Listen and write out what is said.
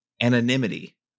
anonymity